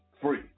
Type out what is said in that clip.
Free